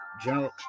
general